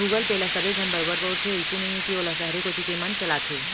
Google Pay ल सबे झन बरोबर बउरथे, अइसे नइये कि वोला सहरे कोती के मन चलाथें